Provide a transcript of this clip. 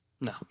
No